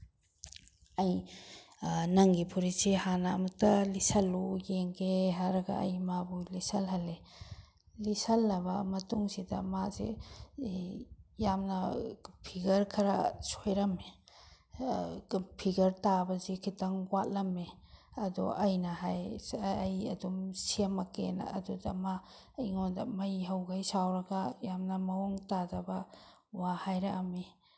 ꯑꯩ ꯅꯪꯒꯤ ꯐꯨꯔꯤꯠꯁꯦ ꯍꯥꯟꯅ ꯑꯃꯨꯛꯇ ꯂꯤꯠꯁꯤꯜꯂꯨ ꯌꯦꯡꯒꯦ ꯍꯥꯏꯔꯒ ꯑꯩ ꯃꯥꯕꯨ ꯂꯤꯠꯁꯤꯜꯍꯜꯂꯦ ꯂꯤꯠꯁꯤꯜꯂꯕ ꯃꯇꯨꯡꯁꯤꯗ ꯃꯥꯁꯦ ꯌꯥꯝꯅ ꯐꯤꯒꯔ ꯈꯔ ꯁꯣꯏꯔꯝꯃꯦ ꯐꯤꯒꯔ ꯇꯥꯕꯁꯤ ꯈꯤꯇꯪ ꯋꯥꯠꯂꯝꯃꯦ ꯑꯗꯣ ꯑꯩꯅ ꯍꯥꯏ ꯑꯩ ꯑꯗꯨꯝ ꯁꯦꯝꯃꯛꯀꯦꯅ ꯑꯗꯨꯗ ꯃꯥ ꯑꯩꯉꯣꯟꯗ ꯃꯩ ꯍꯧꯈꯩ ꯁꯥꯎꯔꯒ ꯌꯥꯝꯅ ꯃꯑꯣꯡ ꯇꯥꯗꯕ ꯋꯥ ꯍꯥꯏꯔꯛꯑꯝꯃꯤ